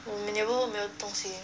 my neighbourhood 没有东西